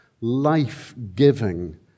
life-giving